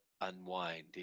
unwind